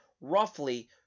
roughly